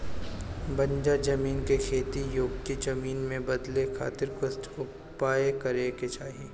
बंजर जमीन के खेती योग्य जमीन में बदले खातिर कुछ उपाय करे के चाही